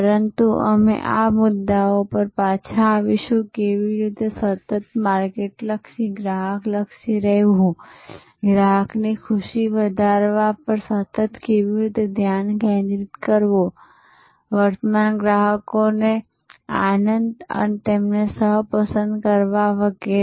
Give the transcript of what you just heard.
પરંતુ અમે આ મુદ્દાઓ પર પાછા આવીશું કેવી રીતે સતત માર્કેટલક્ષી ગ્રાહકલક્ષી રહેવું ગ્રાહકની ખુશી વધારવા પર સતત કેવી રીતે ધ્યાન કેન્દ્રિત કરવું વર્તમાન ગ્રાહકોનો આનંદ તેમને સહ પસંદ કરવા વગેરે